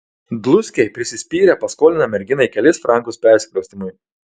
dluskiai prisispyrę paskolina merginai kelis frankus persikraustymui